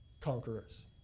conquerors